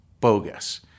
Bogus